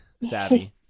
savvy